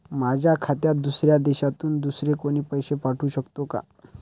माझ्या खात्यात दुसऱ्या देशातून दुसरे कोणी पैसे पाठवू शकतो का?